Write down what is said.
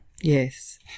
Yes